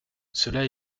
cela